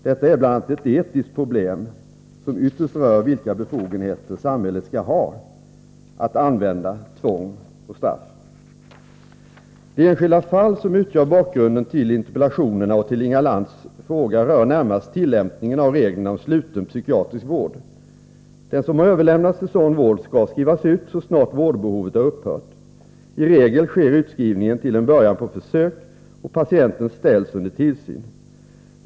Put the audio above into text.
Detta är bl.a. ett etiskt problem som ytterst rör vilka befogenheter samhället skall ha att använda tvång och straff. Det enskilda fall som utgör bakgrunden till interpellationerna och till Inga Lantz fråga rör närmast tillämpningen av reglerna om sluten psykiatrisk vård. Den som har överlämnats till sådan vård skall skrivas ut så snart vårdbehovet har upphört. I regel sker utskrivningen till en början på försök, och patienten ställs under tillsyn.